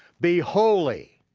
be holy.